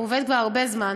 הוא עובד כבר הרבה זמן,